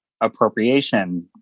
appropriation